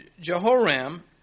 Jehoram